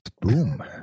Boom